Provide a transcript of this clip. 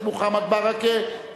אורי אריאל עברה אף היא בקריאה טרומית,